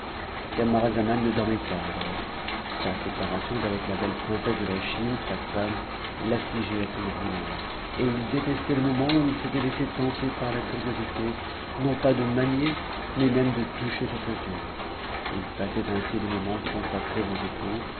camaralzaman ne dormait pas alors sa séparation d'avec la belle princesse de la chine sa femme l'affligeait à son ordinaire et il détestait le moment où il s'était laissé tenter par la curiosité non pas de umuier mais même de toucher sa ceinture il passait ainsi les moments mtusacrcs au repos